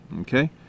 Okay